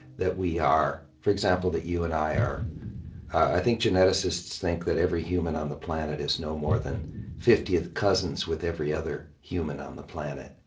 that we are, for example, that you and i are i think geneticists think that every human on the planet is no more than fiftieth cousins with every other human on the planet.